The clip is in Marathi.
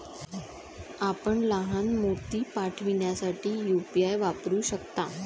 आपण लहान मोती पाठविण्यासाठी यू.पी.आय वापरू शकता